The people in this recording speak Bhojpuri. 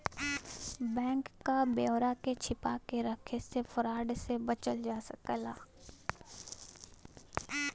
बैंक क ब्यौरा के छिपा के रख से फ्रॉड से बचल जा सकला